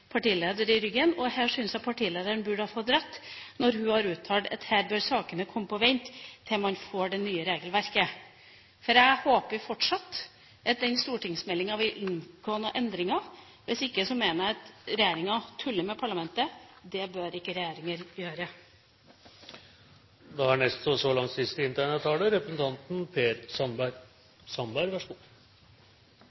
partileder i ryggen. Her syns jeg partilederen burde ha fått rett når hun har uttalt at sakene bør komme på vent til man får det nye regelverket. Jeg håper fortsatt at stortingsmeldinga vil by på noen endringer. Hvis ikke mener jeg at regjeringa tuller med parlamentet. Det bør ikke regjeringer gjøre. [15:58:06]: La meg først få lov til å si til representanten